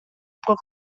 про